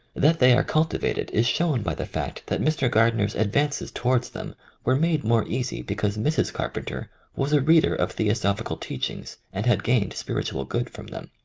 that they are cultivated is shown by the fact that mr. gardner's advances towards them were made more easy because mrs. carpenter was a reader of theosophical teachings and had gained spiritual good from them.